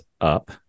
up